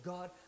God